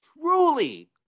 truly